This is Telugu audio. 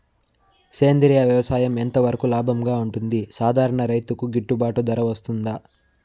సేంద్రియ వ్యవసాయం ఎంత వరకు లాభంగా ఉంటుంది, సాధారణ రైతుకు గిట్టుబాటు ధర వస్తుందా?